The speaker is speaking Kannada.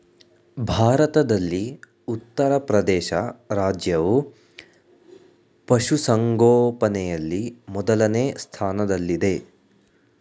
ಭಾರತದಲ್ಲಿ ಉತ್ತರಪ್ರದೇಶ ರಾಜ್ಯವು ಪಶುಸಂಗೋಪನೆಯಲ್ಲಿ ಮೊದಲನೇ ಸ್ಥಾನದಲ್ಲಿದೆ